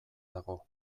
dago